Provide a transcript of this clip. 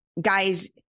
guys